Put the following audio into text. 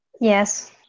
Yes